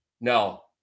no